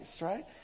right